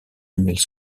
manuels